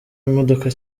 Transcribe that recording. imodoka